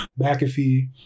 McAfee